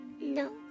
No